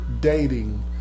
dating